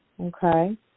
Okay